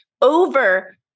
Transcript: over